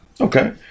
Okay